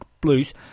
Blues